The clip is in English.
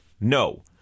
No